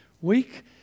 week